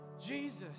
Jesus